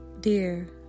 Dear